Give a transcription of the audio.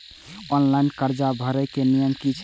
Online कर्जा भरे के नियम की छे?